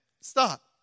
stop